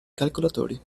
calcolatori